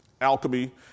alchemy